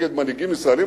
נגד מנהיגים ישראלים,